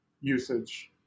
usage